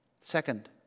Second